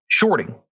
shorting